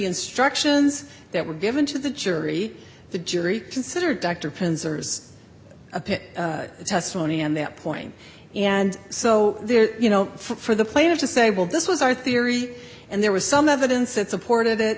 instructions that were given to the jury the jury considered dr panzers a pit testimony on that point and so there you know for the plaintiff to say well this was our theory and there was some evidence that supported it